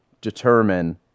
determine